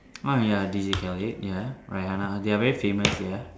oh ya DJ Khaled ya Rihanna they are very famous ya